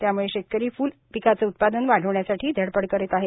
त्यामूळे शेतकरी फ्ल पिकाचे उत्पादन वाढविण्यासाठी धडपड करीत आहेत